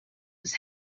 his